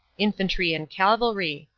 infantry and cavalry.